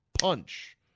punch